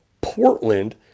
Portland